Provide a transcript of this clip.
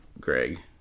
Greg